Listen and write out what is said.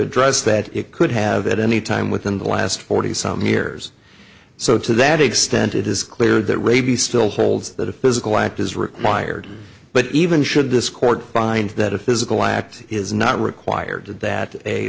address that it could have at any time within the last forty some years so to that extent it is clear that rabies still holds that a physical act is required but even should this court find that a physical act is not required that a